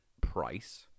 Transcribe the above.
price